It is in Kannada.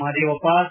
ಮಹದೇವಪ್ಪ ಸಿ